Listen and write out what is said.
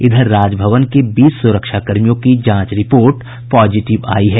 इधर राजभवन के बीस सुरक्षाकर्मियों की जांच रिपोर्ट पॉजिटिव आयी है